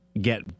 get